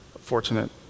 fortunate